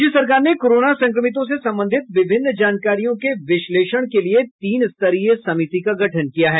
राज्य सरकार ने कोरोना संक्रमितों से संबंधित विभिन्न जानकारियों के विश्लेषण के लिए तीन स्तरीय समिति का गठन किया है